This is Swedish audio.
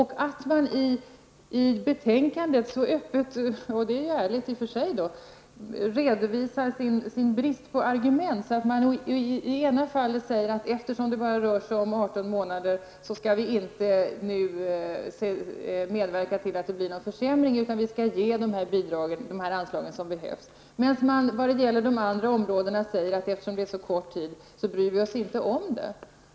I betänkandet redovisar man öppet sin brist på argument, vilket i och för sig är ärligt. I ett fall säger man att eftersom det bara rör sig om 18 månader skall vi nu inte medverka till en försämring utan vi skall ge de anslag som behövs. När det gäller övriga områden säger man i stället att eftersom det är så kort tid bryr man sig inte om det.